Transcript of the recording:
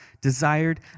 desired